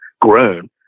grown